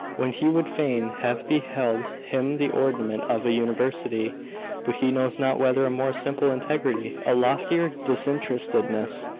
when he would fain have beheld him the ornament of a university but he knows not whether a more simple integrity, a loftier disinterestedness,